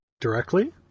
Directly